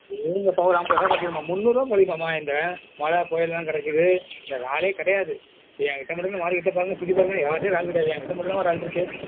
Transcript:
அடேங்கப்பா ஒரு ஐம்பது ருபா குறைச்சுகம்மா முன்னுாறுருவா குறையுமா மா இந்த மழை புயலெல்லாம் கிடக்குது இந்த இறாலே கிடையாது இது என் கிட்டே மட்டும்தான் மார்க்கெட் சுற்றி பாருங்க யாருகிட்டேயும் இறால் கிடையாது என் கிட்டே மட்டும்தாமா இறால் இருக்குது